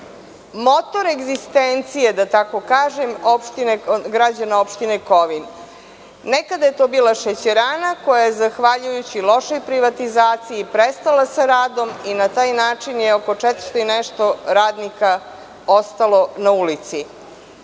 motor egzistencije, da tako kažem, građana opštine Kovin. Nekada je to bila šećerana koja je zahvaljujući lošoj privatizaciji prestala sa radom i na taj način je oko 400 i nešto radnika ostalo na ulici. Zato